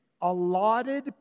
allotted